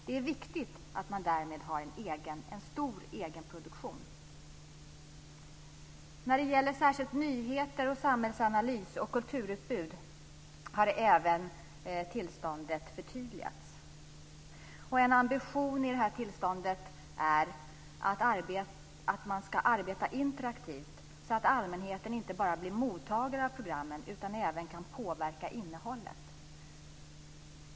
Det är viktigt att man därmed har en stor egen produktion. När det gäller särskilt nyheter, samhällsanalys och kulturutbud har tillståndet förtydligats. En ambition i fråga om detta tillstånd är att man ska arbeta interaktivt så att allmänheten inte bara bli mottagare av programmen utan även kan påverka innehållet.